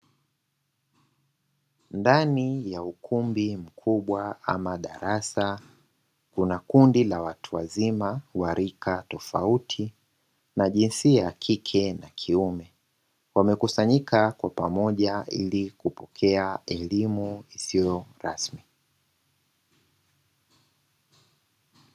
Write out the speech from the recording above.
Ndani ya ukumbi mkubwa ama darasa, kuna kundi la watu wazima wa rika tofauti na jinsia kike na kiume, wamekusanyika kwa pamoja ili kupokea elimu isiyo rasmi.